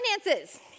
finances